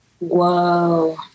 whoa